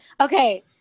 Okay